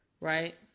Right